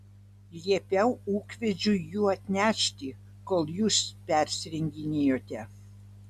liepiau ūkvedžiui jų atnešti kol jūs persirenginėjote